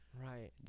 Right